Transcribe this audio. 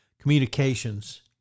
Communications